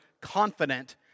confident